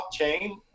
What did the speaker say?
blockchain